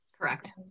Correct